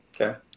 okay